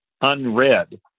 unread